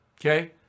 Okay